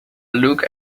look